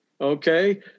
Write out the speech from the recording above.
okay